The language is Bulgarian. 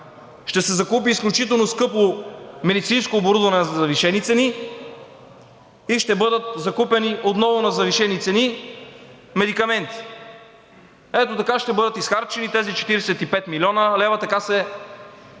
ще се закупи изключително скъпо медицинско оборудване на завишени цени и ще бъдат закупени, отново на завишени цени, медикаменти. Ето така ще бъдат изхарчени тези 45 млн. лв., така се